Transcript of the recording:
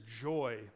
joy